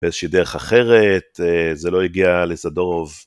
‫באיזושהי דרך אחרת, ‫זה לא הגיע לזדורוב.